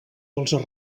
dels